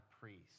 priest